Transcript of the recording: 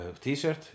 t-shirt